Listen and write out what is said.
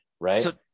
right